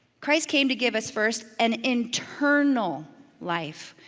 christ came to give us first an internal life.